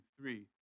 three